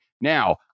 Now